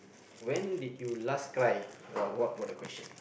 when did you last cry !wow! what what a question